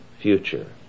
future